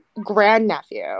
grandnephew